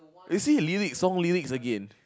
you see lyrics song lyrics again